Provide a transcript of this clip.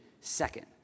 second